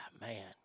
Man